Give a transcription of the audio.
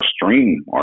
Stream